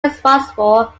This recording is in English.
responsible